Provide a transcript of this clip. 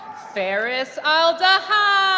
feras al-dahan.